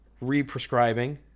re-prescribing